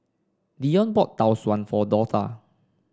Deon bought Tau Suan for Dortha